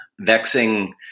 vexing